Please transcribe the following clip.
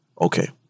okay